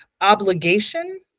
obligation